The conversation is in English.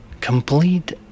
Complete